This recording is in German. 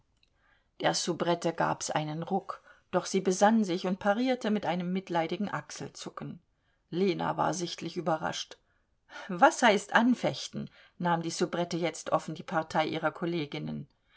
der soubrette gab's einen ruck doch sie besann sich und parierte mit einem mitleidigen achselzucken lena war sichtlich überrascht was heißt anfechten nahm die soubrette jetzt offen die partei ihrer kolleginnen